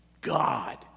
God